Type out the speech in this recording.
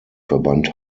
verband